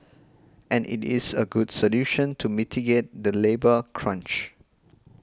and it is a good solution to mitigate the labour crunch